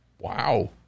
Wow